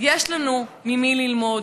יש לנו ממי ללמוד.